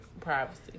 Privacy